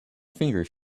finger